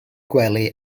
gwely